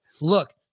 look